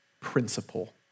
principle